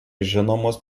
žinomos